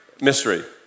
mystery